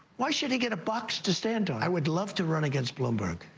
why should he get a box to stand on? i would love to run against bloomberg.